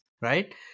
right